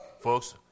Folks